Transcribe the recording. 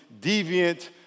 deviant